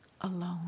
alone